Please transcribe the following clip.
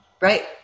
Right